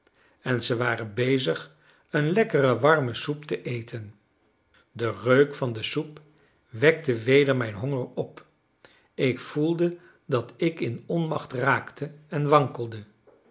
en ze waren bezig een lekkere warme soep te eten de reuk van de soep wekte weder mijn honger op ik voelde dat ik in onmacht raakte en wankelde